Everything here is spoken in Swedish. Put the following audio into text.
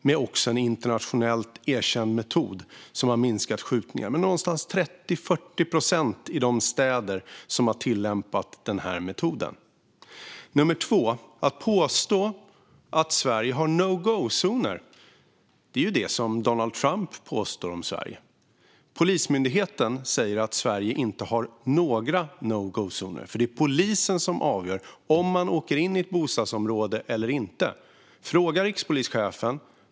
Det görs med en internationellt erkänd metod som har minskat skjutningarna med någonstans 30-40 procent i de städer som har tillämpat metoden. För det andra: Att det finns no go-zoner i Sverige är ju sådant som Donald Trump påstår. Polismyndigheten säger att Sverige inte har några no go-zoner. Det är polisen som avgör om man åker in i ett bostadsområde eller inte. Fråga rikspolischefen!